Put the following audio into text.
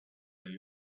along